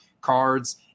cards